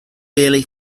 billy